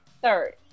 Third